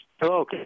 Hello